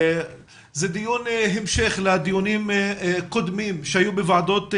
זה דיון המשך לדיונים קודמים שהיו בוועדות הכנסת,